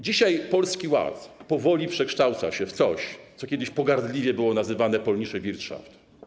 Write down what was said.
Dzisiaj Polski Ład powoli przekształca się w coś, co kiedyś pogardliwie było nazywane Polnische Wirtschaft.